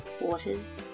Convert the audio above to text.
waters